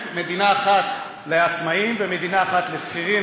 מדינה אחת לעצמאים ומדינה אחת לשכירים,